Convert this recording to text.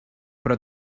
però